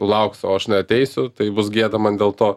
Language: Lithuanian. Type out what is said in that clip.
lauks o aš neateisiu tai bus gėda man dėl to